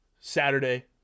Saturday